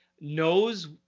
knows